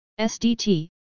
SDT